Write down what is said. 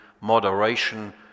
moderation